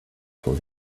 for